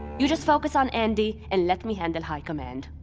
you just focus on andi, and let me handle high command.